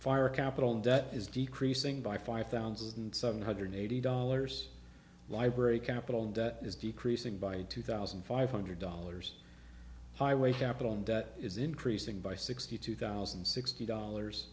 fire capital debt is decreasing by five thousand seven hundred eighty dollars library capital and debt is decreasing by two thousand five hundred dollars highway capital and debt is increasing by sixty two thousand and sixty dollars